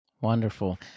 Wonderful